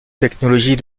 technologie